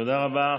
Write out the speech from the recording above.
תודה רבה.